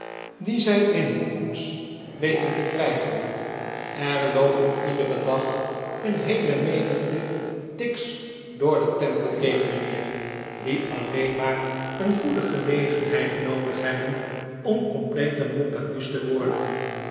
die zij in hun koets weten te krijgen er loopen iederen dag een heele menigte tiggs door de temple gate mijnheer die alleen maar een goede gelegenheid noodig hebben om complete montagues te worden